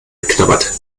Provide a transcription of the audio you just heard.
geknabbert